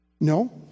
No